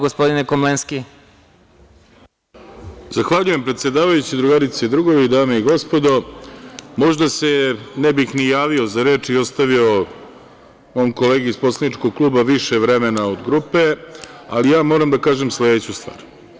Zahvaljujem predsedavajući, drugarice i drugovi, dame i gospodo, možda se ne bih ni javio za reč i ostavio mom kolegi iz poslaničkog kluba više vremena od grupe, ali ja moram da kažem sledeću stvar.